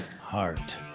Heart